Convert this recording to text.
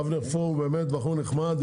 אבנר פלור הוא באמת בחור נחמד,